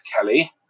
Kelly